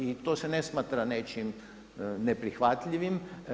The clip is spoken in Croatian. I to se ne smatra nečim neprihvatljivim.